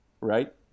Right